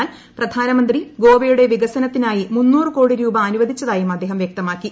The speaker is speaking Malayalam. എന്നാൽ പ്രധാനമന്ത്രി ഗോവയുടെ വികസനത്തിനായി മുന്നൂറു കോടി രൂപ അനുവദിച്ചതായും അദ്ദേഹം വ്യക്തമാക്കി